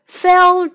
fell